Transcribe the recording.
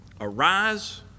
Arise